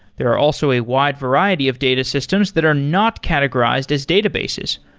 there are also a wide variety of data systems that are not categorized as databases.